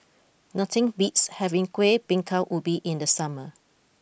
nothing beats having Kueh Bingka Ubi in the summer